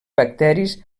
bacteris